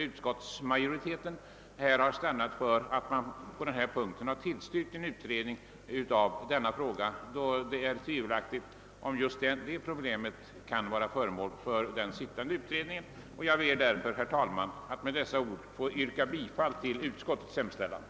Utskottsmajoriteten har därför stannat för att på denna punkt tillstyrka en utredning av denna fråga, eftersom det är tvivelaktigt om just det problemet kan vara föremål för den sittande utredningens arbete. Herr talman! Jag ber med dessa ord att få yrka bifall till utskottets hemställan.